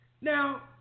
Now